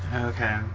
Okay